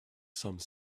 some